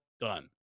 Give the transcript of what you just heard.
done